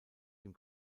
dem